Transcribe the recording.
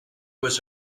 was